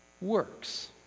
works